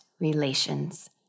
relations